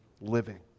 living